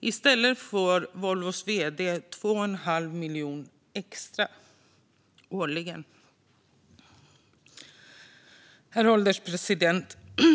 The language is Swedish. I stället får Volvos vd 2 1⁄2 miljon extra årligen. Herr ålderspresident!